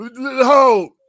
Hold